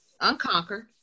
unconquered